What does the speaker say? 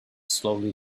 slowly